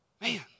man